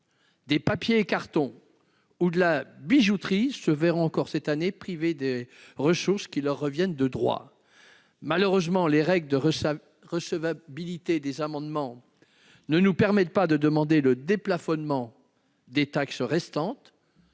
des papiers et cartons ou de la bijouterie, se verront encore cette année privés de ressources qui leur reviennent de droit. Malheureusement, les règles de recevabilité des amendements ne nous permettent pas de demander le déplafonnement des taxes restantes.